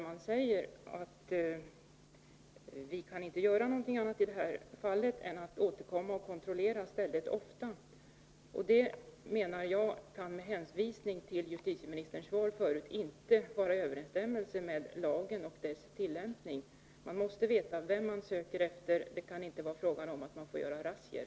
Man säger att ”vi kan inte göra någonting annat i det här fallet än återkomma och kontrollera mycket ofta”. Det kan, menar jag med hänvisning till justitieministerns svar, inte vara i överensstämmelse med lagen och dess tillämpning. Man måste veta vem man söker efter. Det kan inte vara fråga om att man får göra razzior.